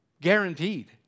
guaranteed